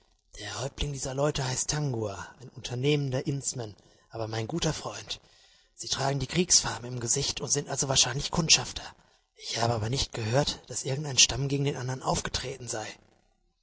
der häuptling dieser leute heißt tangua ein unternehmender indsman aber mein guter freund sie tragen die kriegsfarben im gesicht und sind also wahrscheinlich kundschafter ich habe aber nicht gehört daß irgend ein stamm gegen den andern aufgetreten sei